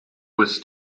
was